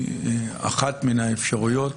כלומר אחרי החלטה על תום ההליכים,